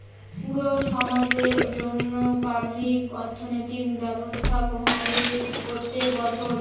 পুরো সমাজের জন্য পাবলিক অর্থনৈতিক ব্যবস্থা করে প্রত্যেক বছর